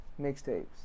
mixtapes